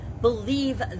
believe